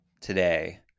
today